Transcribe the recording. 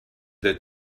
that